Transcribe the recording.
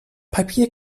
papier